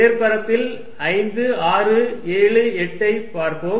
மேற்பரப்பில் 5 6 7 8 ஐ பாப்போம்